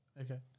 Okay